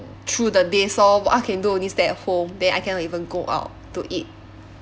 through the days lor what I can do only stay at home then I cannot even go out to eat